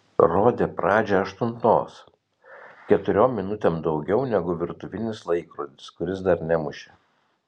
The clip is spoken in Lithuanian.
rodė pradžią aštuntos keturiom minutėm daugiau negu virtuvinis laikrodis kuris dar nemušė